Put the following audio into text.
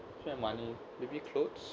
spend money maybe clothes